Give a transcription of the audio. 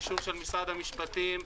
אישור של משרד המשפטים,